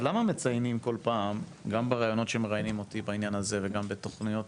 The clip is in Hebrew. למה מציינים כל פעם גם בראיונות שמראיינים אותי וגם בתכוניות